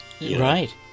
Right